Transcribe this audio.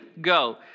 Go